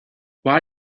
why